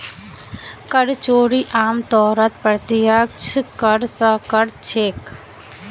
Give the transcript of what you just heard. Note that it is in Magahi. कर चोरी आमतौरत प्रत्यक्ष कर स कर छेक